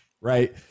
right